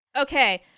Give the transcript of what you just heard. Okay